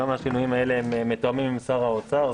גם השינויים האלה הם מתואמים עם שר האוצר,